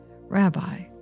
Rabbi